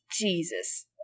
Jesus